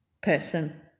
person